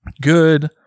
good